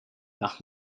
nach